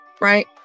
right